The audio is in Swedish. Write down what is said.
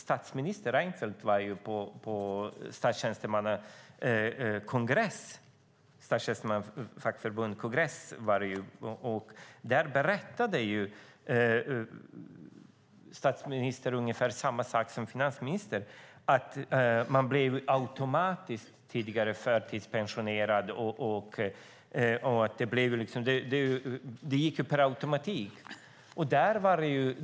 Statsminister Reinfeldt var på Statstjänstemannaförbundets kongress, och där berättade han ungefär samma sak som finansministern talar om, det vill säga att det tidigare gick per automatik att bli förtidspensionerad.